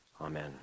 Amen